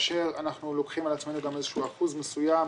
כאשר אנחנו לוקחים על עצמנו גם איזשהו אחוז מסוים